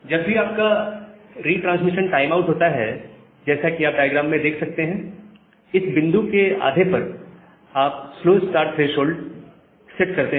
जब भी आपका रिट्रांसमिशन टाइमआउट होता है जैसा कि आप डायग्राम में देख सकते हैं इस बिंदु के आधे पर आप स्लो स्टार्ट थ्रेशोल्ड सेट करते हैं